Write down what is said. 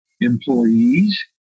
employees